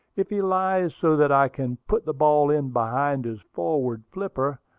if he lies so that i can put the ball in behind his forward flipper,